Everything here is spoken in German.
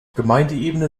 gemeindeebene